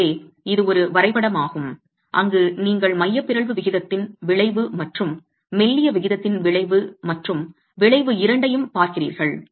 எனவே இது ஒரு வரைபடமாகும் அங்கு நீங்கள் மைய பிறழ்வு விகிதத்தின் விளைவு மற்றும் மெல்லிய விகிதத்தின் விளைவு மற்றும் விளைவு இரண்டையும் பார்க்கிறீர்கள்